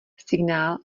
signál